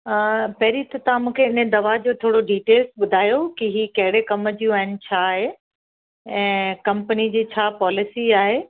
अ पहिरीं त तव्हां मूंखे इन दवा जो थोरो डिटेल्स ॿुधायो की हीअ कहिड़े कम जूं आहिनि छा आहे ऐं कंपनी जी छा पॉलिसी आहे